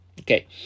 okay